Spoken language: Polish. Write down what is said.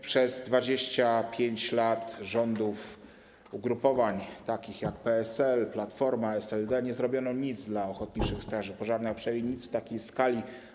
Przez 25 lat rządów, ugrupowań takich jak PSL, Platforma, SLD nie zrobiono nic dla ochotniczych straży pożarnych, a przynajmniej nic w takiej skali.